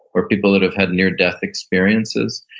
or people that have had near death experiences,